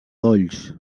dolls